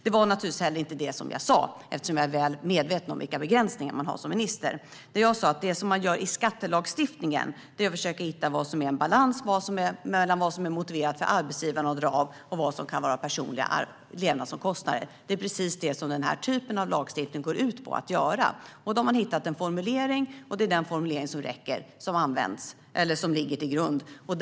Det var naturligtvis inte heller det som jag sa eftersom jag är väl medveten om vilka begränsningar man har som minister. Jag sa att det som man gör i skattelagstiftningen är att försöka hitta balansen mellan vad som är motiverat för arbetsgivaren att dra av och vad som kan vara personliga levnadsomkostnader. Det är precis det som den här typen av lagstiftning går ut på att göra. Man har hittat en formulering, och det är den formuleringen som ligger till grund för detta.